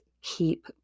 Keep